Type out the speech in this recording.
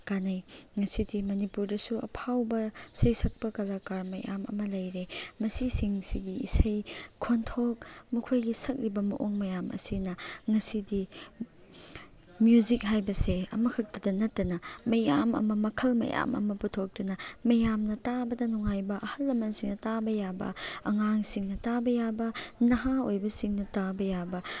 ꯀꯥꯅꯩ ꯉꯁꯤꯗꯤ ꯃꯅꯤꯄꯨꯔꯗꯁꯨ ꯑꯐꯥꯎꯕ ꯁꯩꯁꯛꯄ ꯀꯂꯀꯥꯔ ꯃꯌꯥꯝ ꯑꯃ ꯂꯩꯔꯦ ꯃꯁꯤꯁꯤꯡꯁꯤꯒꯤ ꯏꯁꯩ ꯈꯣꯟꯊꯣꯛ ꯃꯈꯣꯏꯒꯤ ꯁꯛꯂꯤꯕ ꯃꯑꯣꯡ ꯃꯌꯥꯝ ꯑꯁꯤꯅ ꯉꯁꯤꯗꯤ ꯃ꯭ꯌꯨꯖꯤꯛ ꯍꯥꯏꯕꯁꯦ ꯑꯃꯈꯛꯇꯗ ꯅꯠꯇꯅ ꯃꯌꯥꯝ ꯑꯃ ꯃꯈꯜ ꯃꯌꯥꯝ ꯑꯃ ꯄꯨꯊꯣꯛꯇꯨꯅ ꯃꯌꯥꯝꯅ ꯇꯥꯕꯗ ꯅꯨꯡꯉꯥꯏꯕ ꯑꯍꯟ ꯂꯃꯟꯁꯤꯡꯅ ꯇꯥꯕ ꯌꯥꯕ ꯑꯉꯥꯡꯁꯤꯡꯅ ꯇꯥꯕ ꯌꯥꯕ ꯅꯍꯥ ꯑꯣꯏꯕꯁꯤꯡꯅ ꯇꯥꯕ ꯌꯥꯕ